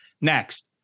Next